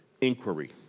inquiry